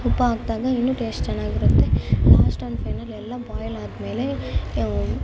ಉಪ್ಪು ಹಾಕಿದಾಗ ಇನ್ನೂ ಟೇಸ್ಟ್ ಚೆನ್ನಾಗಿರುತ್ತೆ ಲಾಸ್ಟ್ ಆ್ಯಂಡ್ ಫೈನಲ್ ಎಲ್ಲ ಬಾಯ್ಲ್ ಆದಮೇಲೆ